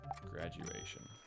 Graduation